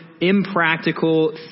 impractical